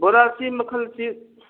ꯕꯣꯔꯥꯁꯤ ꯃꯈꯜꯁꯤ